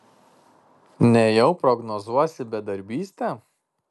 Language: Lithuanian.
nejau prognozuosi bedarbystę